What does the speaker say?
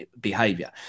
behavior